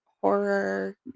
horror